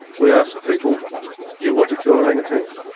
we ask people do you want to kill orangutans?